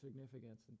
significance